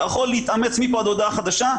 אתה יכול להתאמץ מפה עד להודעה חדשה,